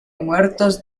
muertos